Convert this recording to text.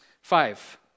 Five